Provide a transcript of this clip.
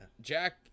Jack